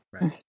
Right